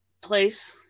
place